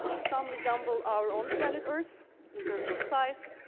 some resemble our own planet earth in terms of size,